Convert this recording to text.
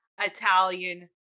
Italian